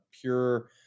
pure